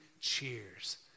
cheers